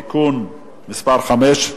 (תיקון מס' 5),